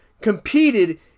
competed